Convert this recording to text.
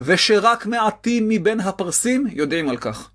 ושרק מעטים מבין הפרסים יודעים על כך.